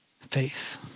Faith